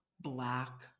black